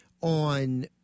on